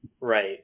right